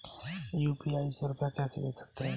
UPI से रुपया कैसे भेज सकते हैं?